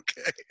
okay